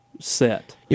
set